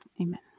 Amen